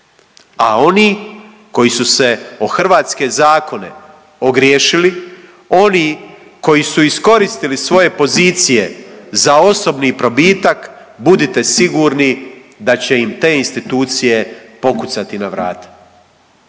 a oni koji su se o hrvatske zakone ogriješili, oni koji su iskoristili svoje pozicije za osobni probitak budite sigurni da će im te institucije pokucati na vrata,